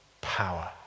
power